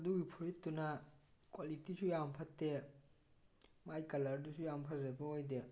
ꯑꯗꯨꯒꯤ ꯐꯨꯔꯤꯠꯇꯨꯅ ꯀ꯭ꯋꯥꯂꯤꯇꯤꯁꯨ ꯌꯥꯝ ꯐꯠꯇꯦ ꯃꯥꯏ ꯀꯂꯔꯗꯨꯁꯨ ꯌꯥꯝ ꯐꯖꯕ ꯑꯣꯏꯗꯦ